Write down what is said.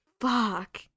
Fuck